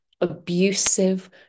abusive